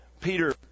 Peter